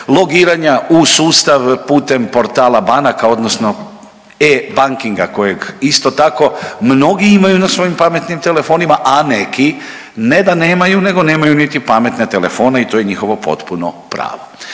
logiranja u sustava putem portala banaka, odnosno e-bankinga kojeg isto tako mnogi imaju na svojim pametnim telefonima, a neki ne da nemaju nego nemaju niti pametne telefone i to je njihovo potpuno pravo.